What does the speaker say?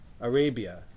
Arabia